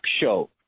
show